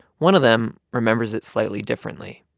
one of them remembers it slightly differently.